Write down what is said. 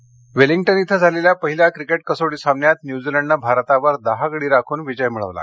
cricket Wellington इथं झालेल्या पहिल्या क्रिकेट कसोटी सामन्यात न्यूझीलंडनं भारतावर दहा गडी राखून विजय मिळवला